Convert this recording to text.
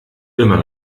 immer